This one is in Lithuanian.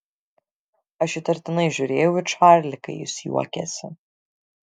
aš įtartinai žiūrėjau į čarlį kai jis juokėsi